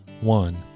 one